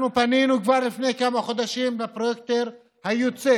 אנחנו פנינו כבר לפני כמה חודשים לפרויקטור היוצא